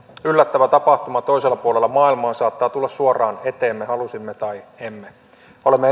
yllättävä tapahtuma toisella puolella maailmaa saattaa tulla suoraan eteemme halusimme tai emme olemme